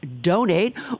donate